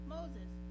Moses